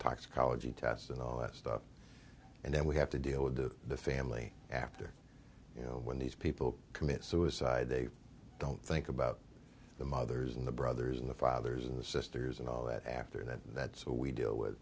toxicology test and all that stuff and then we have to deal with the family after you know when these people commit suicide they don't think about the mothers and the brothers and the fathers and the sisters and all that after that that's what we deal with